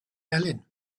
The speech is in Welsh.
melyn